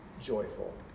joyful